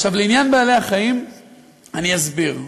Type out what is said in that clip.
עכשיו,